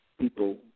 People